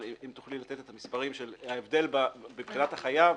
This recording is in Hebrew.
אבל אם תוכלי לתת את המספרים של ההבדל מבחינת החייב